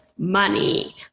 money